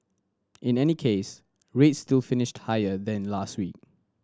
in any case rates still finished higher than last week